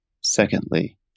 Secondly